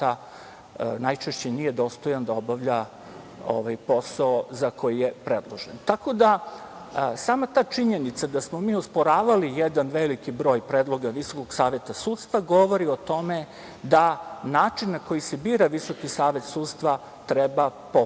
najčešće nije dostojan da obavlja posao za koji je predložen. Tako da, sama ta činjenica da smo mi osporavali jedan veliki broj predloga Visokog saveta sudstva govori o tome da način na koji se bira Visoki savet sudstva treba popraviti.